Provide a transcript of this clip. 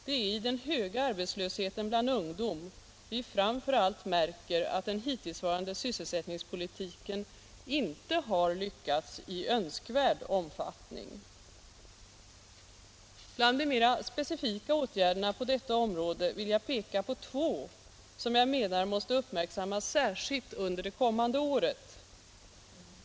Det är i den höga arbetslösheten bland ungdom vi framför allt märker att den hittillsvarande sysselsättningspolitiken inte har lyckats i önskvärd utsträckning. Bland de mera specifika åtgärderna på detta område vill jag peka på två som jag menar måste uppmärksammas särskilt under det kommande året.